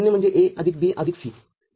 ० म्हणजे A आदिक B आदिक C